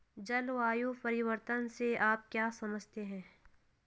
जलवायु परिवर्तन से आप क्या समझते हैं?